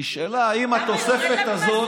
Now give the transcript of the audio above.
נשאלה, האם התוספת הזאת,